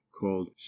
called